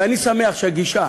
ואני שמח שהגישה